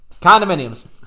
condominiums